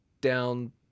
down